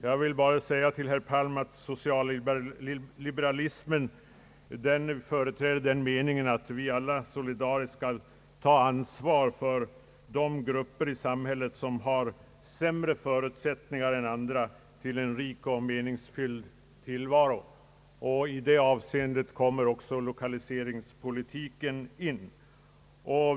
Jag vill bara säga till herr Palm att socialliberalismen företräder den meningen att vi alla solidariskt skall ta ansvar för de grupper i samhället som har sämre förutsättningar än andra till en rik och meningsfylld tillvaro, och i det avseendet kommer också lokaliseringspolitiken in.